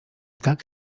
tak